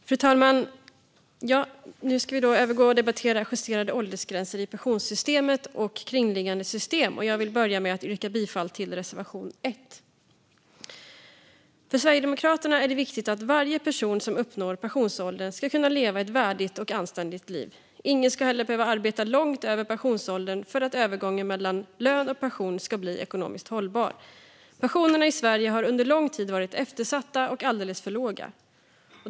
Justerade ålders-gränser i pensions-systemet och i kring-liggande system Fru talman! Nu ska vi övergå till att debattera justerade åldersgränser i pensionssystemet och kringliggande system. Jag vill börja med att yrka bifall till reservation 1. För Sverigedemokraterna är det viktigt att varje person som uppnår pensionsålder ska kunna leva ett värdigt och anständigt liv. Ingen ska heller behöva arbeta långt över pensionsåldern för att övergången mellan lön och pension ska bli ekonomiskt hållbar. Pensionerna i Sverige har under lång tid varit eftersatta och alldeles för låga.